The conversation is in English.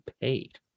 paid